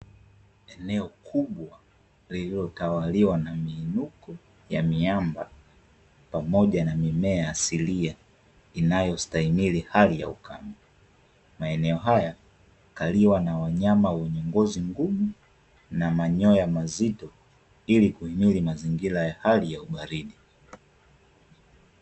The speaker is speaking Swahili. Eneo kubwa lililo tawaliwa na miinuko ya miamba pamoja na mimea asilia inayostahimili hali ya ukame. Maeneo haya hukaliwa na wanyama wenye ngozi ngumu na manyoya mazito ili kuhimili mazingira ya hali ya ubaridi.